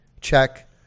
check